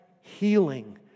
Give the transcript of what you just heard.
healing